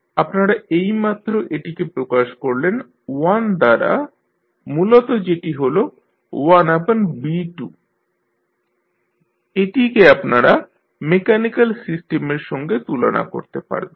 আপনারা এইমাত্র এটিকে প্রকাশ করলেন 1 দ্বারা মূলত যেটি হল 1B2 এটিকে আপনারা মেকানিক্যাল সিস্টেমের সঙ্গে তুলনা করতে পারবেন